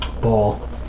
Ball